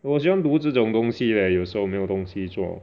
我喜欢读这种东西 leh 有时候没有东西做